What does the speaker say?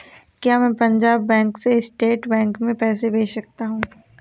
क्या मैं पंजाब बैंक से स्टेट बैंक में पैसे भेज सकता हूँ?